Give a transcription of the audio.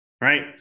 right